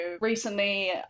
recently